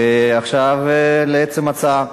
עכשיו לעצם ההצעה.